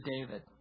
David